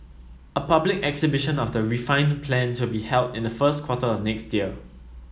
a public exhibition of the refined plans will be held in the first quarter of next year